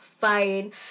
fine